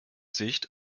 sicht